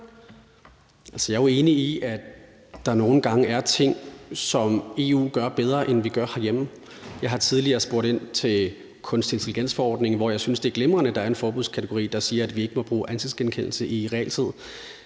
Jeg er jo enig i, at der nogle gange er ting, som EU gør bedre, end vi gør herhjemme. Jeg har tidligere spurgt ind til forordningen vedrørende kunstig intelligens, hvor jeg synes det er glimrende at der er en forbudskategori, der siger, at vi ikke må bruge ansigtsgenkendelse i realtid.